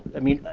i mean,